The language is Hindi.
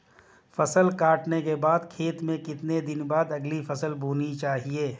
फसल काटने के बाद खेत में कितने दिन बाद अगली फसल बोनी चाहिये?